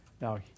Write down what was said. Now